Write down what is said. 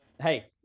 Hey